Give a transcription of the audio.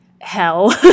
hell